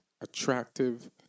attractive